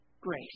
Grace